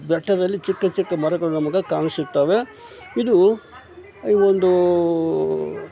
ಬೆಟ್ಟದಲ್ಲಿ ಚಿಕ್ಕ ಚಿಕ್ಕ ಮರಗಳು ನಮಗೆ ಕಾಣ ಸಿಗ್ತವೆ ಇದು ಈ ಒಂದು